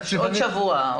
עוד שבוע,